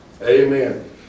amen